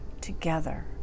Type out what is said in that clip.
together